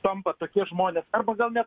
tampa tokie žmonės arba gal net